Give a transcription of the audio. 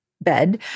bed